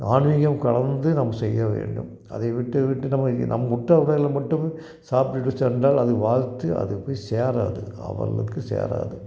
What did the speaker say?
ஆன்மீகம் கலந்து நாம் செய்ய வேண்டும் அதை விட்டுவிட்டு நம்மை நம் உற்றோர்களில் மட்டும் சாப்பிட்டுட்டு சென்றால் அது வாழ்த்து அது போய் சேராது அவளுக்கு சேராது